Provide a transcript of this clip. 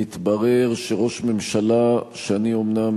מתברר שראש ממשלה, שאני אומנם